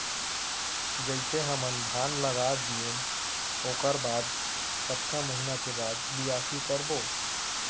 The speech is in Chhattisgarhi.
जइसे हमन धान लगा दिएन ओकर बाद कतका महिना के बाद बियासी करबो?